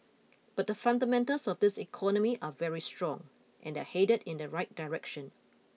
but the fundamentals of this economy are very strong and they're headed in the right direction